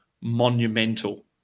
monumental